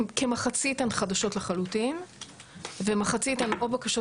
כמחצית הן חדשות לחלוטין ומחצית הן או בקשות